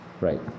Right